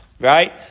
Right